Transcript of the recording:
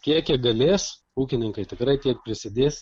kiek jie galės ūkininkai tikrai tiek prisidės